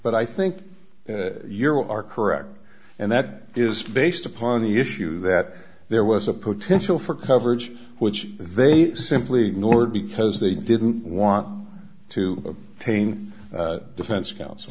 but i think your are correct and that is based upon the issue that there was a potential for coverage which they simply ignored because they didn't want to taint defense counsel